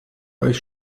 euch